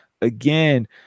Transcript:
again